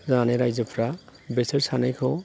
जानानै राइजोफ्रा बिसोर सानैखौ